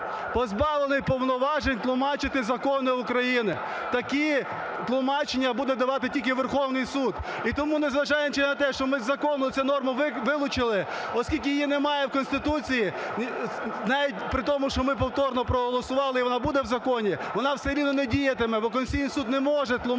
позбавлений повноважень тлумачити закони України, такі тлумачення буде давати тільки Верховний Суд. І тому, незважаючи на те, що ми з закону цю норму вилучили, оскільки її немає в Конституції, навіть при тому, що ми повторно проголосували і вона буде в законі, вона все рівно не діятиме, бо Конституційний Суд не може тлумачити